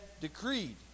decreed